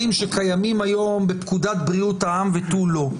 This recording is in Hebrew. שקיימים היום בפקודת בריאות העם ותו לא.